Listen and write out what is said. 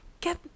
Get